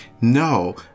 no